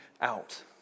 out